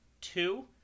two